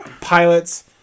pilots